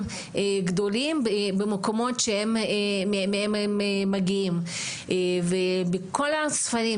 גדולים במקומות שמהם הם מגיעים ובכל הספרים,